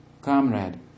comrade